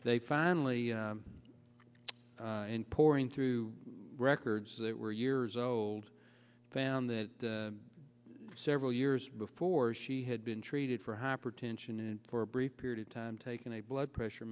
they finally poring through records that were years old found that several years before she had been treated for hypertension and for a brief period of time taking a blood pressure